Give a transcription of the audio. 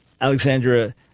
alexandra